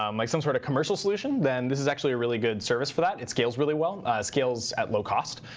um like some sort of commercial solution, then this is actually a really good service for that. it scales really well. it scales at low cost.